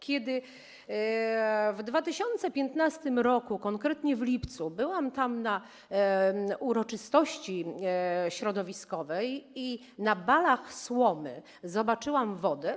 Kiedy w 2015 r., konkretnie w lipcu, byłam tam na uroczystości środowiskowej, na balach słomy zobaczyłam wodę.